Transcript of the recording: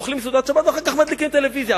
אוכלים סעודת שבת ואחר כך מדליקים טלוויזיה,